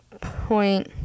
point